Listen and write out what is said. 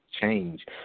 change